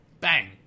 Bang